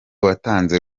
watanze